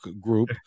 group